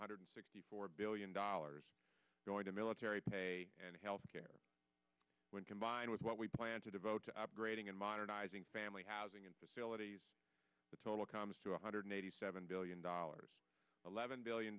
hundred sixty four billion dollars going to military pay and health care when combined with what we plan to devote to upgrading and modernizing family housing and facilities the total comes to one hundred eighty seven billion dollars eleven billion